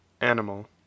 animal